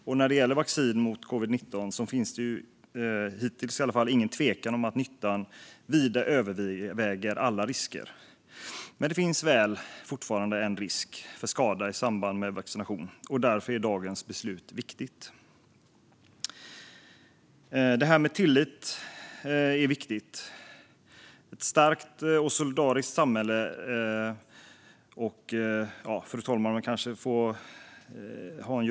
Och när det gäller vaccin mot covid-19 finns det, hittills i alla fall, ingen tvekan om att nyttan vida överväger alla risker. Men det finns fortfarande en risk för skada i samband med vaccination, och därför är dagens beslut viktigt. Detta med tillit är viktigt. Fru talman, jag kanske får ha en göteborgsk twist på det här.